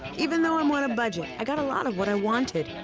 even though i'm on a budget, i got a lot of what i wanted,